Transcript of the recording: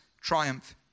triumph